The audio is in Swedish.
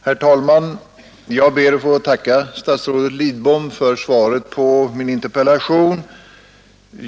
Herr talman! Jag ber att få tacka statsrådet Lidbom för svaret på min interpellation.